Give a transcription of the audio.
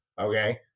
okay